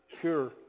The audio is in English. pure